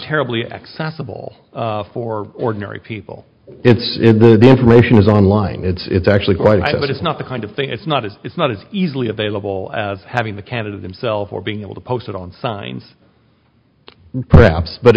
terribly accessible for ordinary people it's the information is online it's actually quite but it's not the kind of thing it's not it it's not it's easily available as having the candidate himself or being able to post it on signs perhaps but